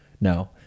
no